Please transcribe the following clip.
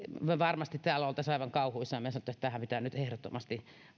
me varmasti täällä olisimme aivan kauhuissamme ja sanoisimme että tähän pitää nyt ehdottomasti